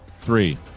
three